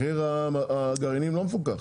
מחיר הגרעינים לא מפוקח.